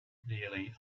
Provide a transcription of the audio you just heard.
nearly